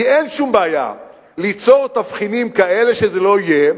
כי אין שום בעיה ליצור תבחינים כאלה שזה לא יהיה,